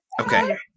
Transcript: okay